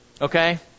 okay